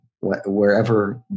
wherever